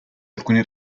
alcuni